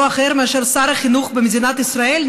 לא אחר מאשר שר החינוך במדינת ישראל.